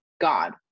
God